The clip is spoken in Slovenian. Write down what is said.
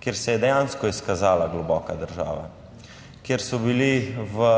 kjer se je dejansko izkazala globoka država, kjer so bili v